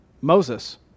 Moses